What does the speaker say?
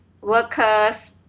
workers